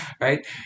right